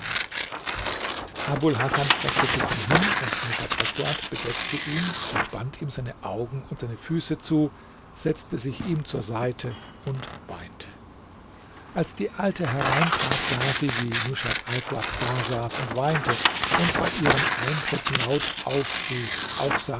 abul hasan streckte sich dann hin und rushat alfuad bedeckte ihn und band ihm seine augen und seine füße zu setzte sich ihm zur seite und weinte als die alte hereintrat sah sie wie rushat alfuad dasaß und weinte und bei ihrem eintritt laut aufschrie auch